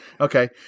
Okay